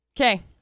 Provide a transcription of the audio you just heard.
Okay